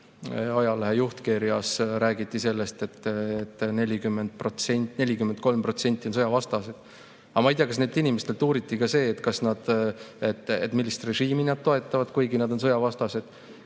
ajalehe juhtkirjas räägiti sellest, et 43% on sõjavastased. Ma ei tea, kas nendelt inimestelt uuriti ka seda, millist režiimi nad toetavad, kui nad on sõjavastased.